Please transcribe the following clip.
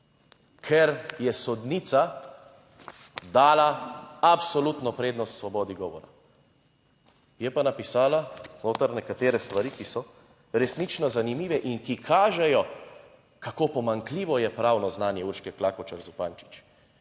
ker je sodnica dala absolutno prednost svobodi govora. Je pa napisala noter nekatere stvari, ki so resnično zanimive in ki kažejo, kako pomanjkljivo je pravno znanje Urške Klakočar Zupančič.